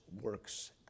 works